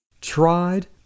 tried